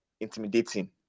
intimidating